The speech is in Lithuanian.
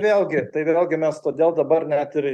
vėlgi tai vėlgi mes todėl dabar net ir